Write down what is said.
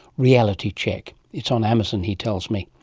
reality check. it's on amazon, he tells me.